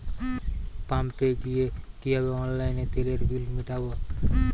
পাম্পে গিয়ে কিভাবে অনলাইনে তেলের বিল মিটাব?